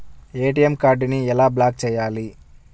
ATM కార్డుని ఎలా block చేయాలి?